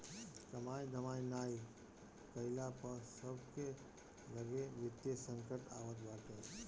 कमाई धमाई नाइ कईला पअ सबके लगे वित्तीय संकट आवत बाटे